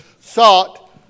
sought